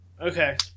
Okay